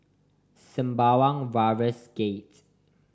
Sembawang Wharves Gate